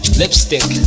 lipstick